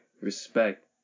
respect